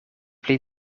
pli